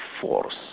force